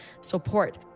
support